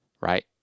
right